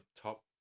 top